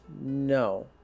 no